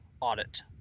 audit